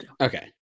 okay